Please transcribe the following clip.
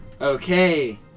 Okay